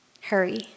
Hurry